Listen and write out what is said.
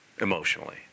emotionally